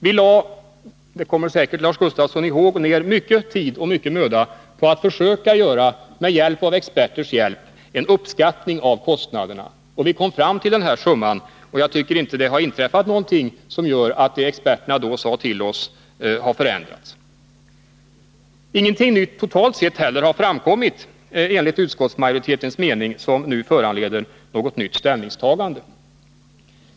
Vi lade — det kommer säkert Lars Gustafsson ihåg — ner mycken tid och mycken möda på att med experters hjälp försöka göra en uppskattning av kostnaderna, och vi kom fram till den här summan. Jag tycker inte att det har inträffat någonting som innebär en förändring i jämförelse med vad experterna då sade till oss. Ingenting nytt totalt sett har heller framkommit, enligt utskottsmajoritetens mening, som nu föranleder något ändrat ställningstagande.